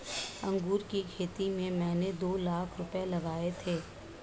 अंगूर की खेती में मैंने दो लाख रुपए लगाए थे